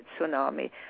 tsunami